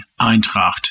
Eintracht